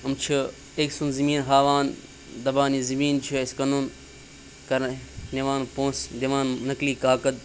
یِم چھِ أکۍ سُنٛد زٔمیٖن ہاوان دَپان یہِ زٔمیٖن چھِ اَسہِ کَنہ کَران نِوان پونٛسہٕ دِوان نقلی کاکَد